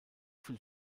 viel